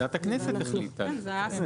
ועדת הכנסת החליטה על זה.